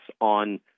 on